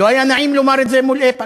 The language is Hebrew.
לא היה נעים לומר את זה מול איפא"ק.